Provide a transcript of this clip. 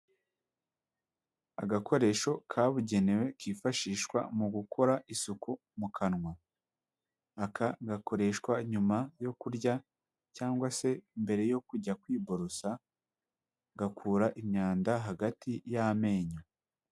Agakoresho kabugenewe kifashishwa mu gukora isuku mu kanwa, aka gakoreshwa nyuma yo kurya cyangwa se mbere yo kujya kwiborosa gakura imyanda hagati y'amenyo.